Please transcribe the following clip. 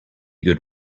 good